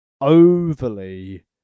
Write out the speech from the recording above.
overly